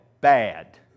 bad